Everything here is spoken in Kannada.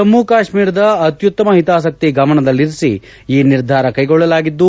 ಜಮ್ನು ಕಾಶ್ಸೀರದ ಅತ್ಯುತ್ತಮ ಹಿತಾಸಕ್ತಿ ಗಮನದಲ್ಲಿರಿಸಿ ಈ ನಿರ್ಧಾರ ಕೈಗೊಳ್ಳಲಾಗಿದ್ದು